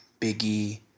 Biggie